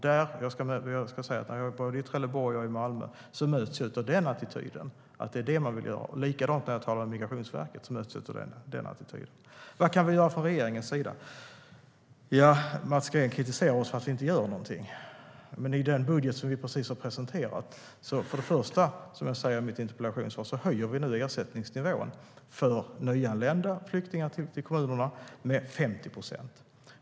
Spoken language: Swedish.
I både Trelleborg och Malmö möts jag av attityden att det är detta man vill göra, och när jag talar med Migrationsverket möts jag också av den attityden. Vad kan vi göra från regeringens sida? Mats Green kritiserar oss för att vi inte gör någonting. Men i den budget som vi nyligen har presenterat höjer vi för det första, som jag sa i mitt interpellationssvar, ersättningsnivån med 50 procent för nyanlända flyktingar som kommer till kommunerna.